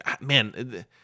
man